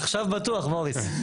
עכשיו בטוח, מוריס.